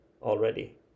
already